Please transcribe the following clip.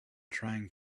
trying